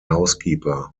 housekeeper